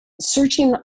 searching